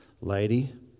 lady